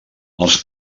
els